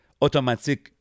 automatique